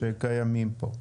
שקיימים פה?